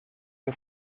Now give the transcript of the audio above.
que